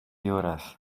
horas